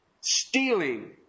stealing